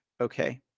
okay